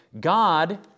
God